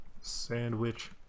sandwich